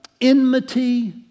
enmity